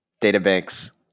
databanks